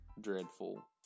dreadful